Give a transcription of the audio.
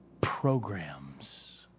programs